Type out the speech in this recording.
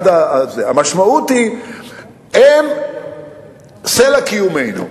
היא אם סלע קיומנו,